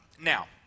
Now